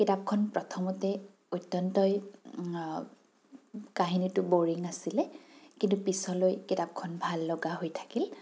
কিতাপখন প্ৰথমতে অত্যন্তই কাহিনীটো বৰিং আছিলে কিন্তু পিছলৈ কিতাপখন ভাল লগা হৈ থাকিল